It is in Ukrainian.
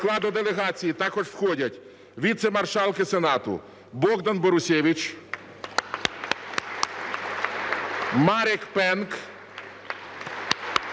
До складу делегації також входять віце-маршалки Сенату Богдан Борусевич, Марек Пенк,